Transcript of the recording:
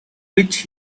which